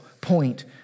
point